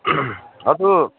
ꯑꯗꯨ